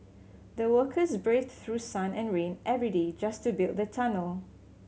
the workers braved through sun and rain every day just to build the tunnel